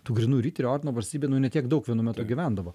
tų grynų riterių ordino valstybėj nu ne tiek daug vienu metu gyvendavo